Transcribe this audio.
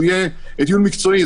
יהיה דיון מקצועי.